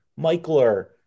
Michler